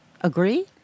Agree